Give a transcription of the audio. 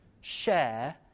share